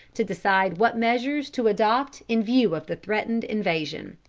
to decide what measures to adopt in view of the threatened invasion.